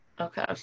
Okay